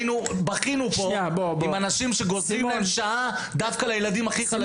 בכינו פה עם אנשים שגוזלים להם שעה דווקא לילדים הכי חלשים.